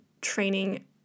training